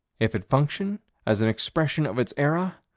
if it function as an expression of its era,